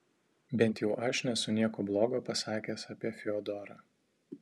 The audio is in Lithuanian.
bent jau aš nesu nieko blogo pasakęs apie fiodorą